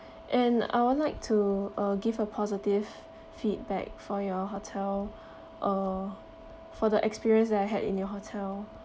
and I would like to uh give a positive feedback for your hotel uh for the experience that I had in your hotel